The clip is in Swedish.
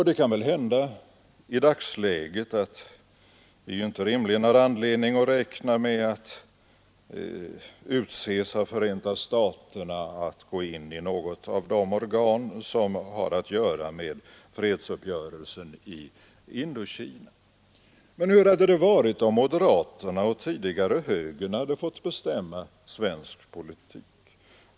Det kan väl hända i dagsläget att vi inte rimligen har anledning räkna med att av Förenta staterna utses att gå in i något av de organ som har att göra med fredsuppgörelsen i Indokina. Men hur hade det varit om moderaterna och tidigare högern fått bestämma svensk politik?